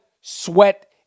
sweat